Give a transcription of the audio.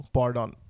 Pardon